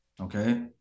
okay